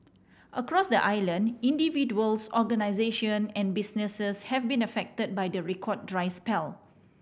across the island individuals organisation and businesses have been affected by the record dry spell